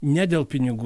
ne dėl pinigų